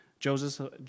Joseph